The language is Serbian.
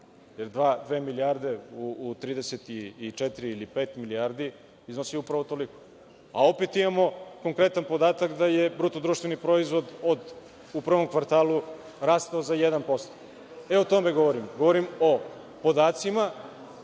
milijarde u 34 ili 35 milijardi iznosi upravo toliko, a opet imamo konkretan podatak da je BDP u prvom kvartalu rastao za 1%.E, o tome govorim. Govorim o podacima